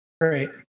great